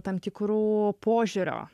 tam tikrų požiūrio